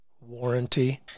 warranty